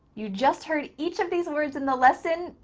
you just heard each of these words in the lesson,